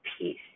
peace